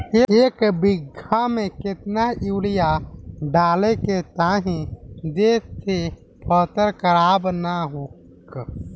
एक बीघा में केतना यूरिया डाले के चाहि जेसे फसल खराब ना होख?